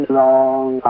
long